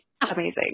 amazing